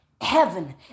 heaven